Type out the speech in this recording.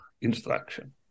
instruction